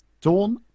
Dawn